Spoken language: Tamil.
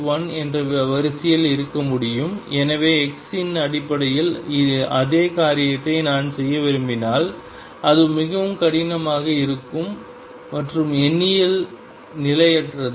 1 என்ற வரிசையில் இருக்க முடியும் எனவே x இன் அடிப்படையில் அதே காரியத்தை நான் செய்ய விரும்பினால் அது மிகவும் கடினமாக இருக்கும் மற்றும் எண்ணியலில் நிலையற்றது